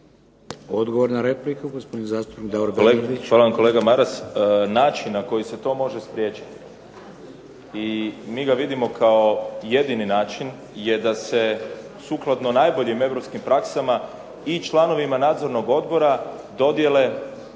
Odgovor na repliku gospodin zastupnik Davor Bernardić. **Bernardić, Davor (SDP)** Hvala vam kolega Maras. Način na koji se to može spriječiti i mi ga vidimo kao jedini način kako se sukladno najboljim europskim praksama i članovima nadzornog odbora dodijele